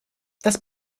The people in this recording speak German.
das